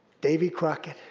davy crockett,